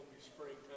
springtime